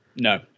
No